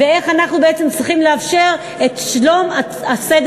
ואיך אנחנו בעצם צריכים לאפשר את שלום הציבור,